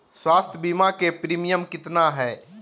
स्वास्थ बीमा के प्रिमियम कितना है?